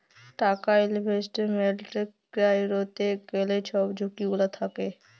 টাকা ইলভেস্টমেল্ট ক্যইরতে গ্যালে ছব ঝুঁকি গুলা থ্যাকে